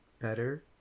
better